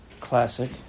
classic